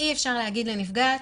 אי אפשר להגיד לנפגעת: